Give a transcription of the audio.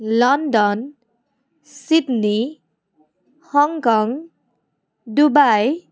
London Sydney Hong Kong Dubai